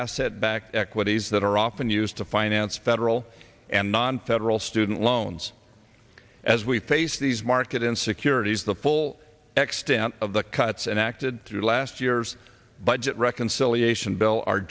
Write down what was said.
asset backed equities that are often used to finance federal and nonfederal student loans as we face these market insecurities the full extent of the cuts enacted through last year's budget reconciliation bill are